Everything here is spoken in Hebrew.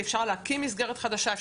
אפשר להקים מסגרת חדשה.